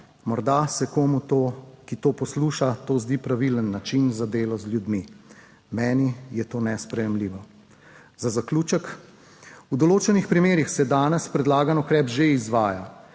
Morda se komu, ki to posluša, to zdi pravilen način za delo z ljudmi. Meni je to nesprejemljivo. Za zaključek. V določenih primerih se danes predlagani ukrep že izvaja